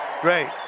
Great